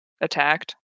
Attacked